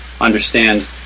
understand